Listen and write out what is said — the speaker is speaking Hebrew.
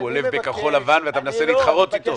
עולב בכחול לבן ואתה מנסה להתחרות איתו?